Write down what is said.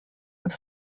und